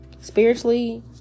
spiritually